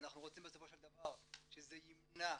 אנחנו רוצים בסופו של דבר שזה ימנע